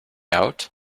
out